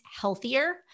healthier